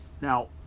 Now